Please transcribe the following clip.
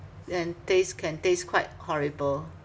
and taste can taste quite horrible